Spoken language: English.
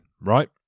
right